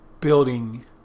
building